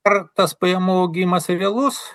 ar tas pajamų augimas realus